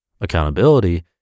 Accountability